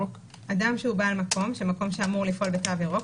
אדם שהוא בעל מקום שאמור לפעול בתו ירוק,